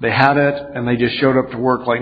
they had it and they just showed up to work like